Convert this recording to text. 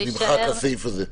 אז נמחק הסעיף זה.